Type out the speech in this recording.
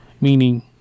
meaning